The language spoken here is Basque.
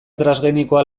transgenikoa